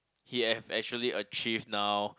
he have actually achieve now